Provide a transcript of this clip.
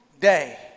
day